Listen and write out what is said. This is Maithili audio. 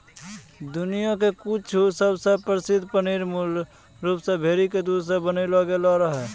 दुनिया के कुछु सबसे प्रसिद्ध पनीर मूल रूप से भेड़ी के दूध से बनैलो गेलो रहै